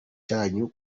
cyanyu